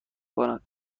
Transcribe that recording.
کند